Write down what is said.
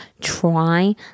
try